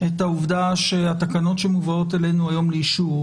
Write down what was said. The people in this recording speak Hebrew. את העובדה שהתקנות שמובאות אלינו היום לאישור,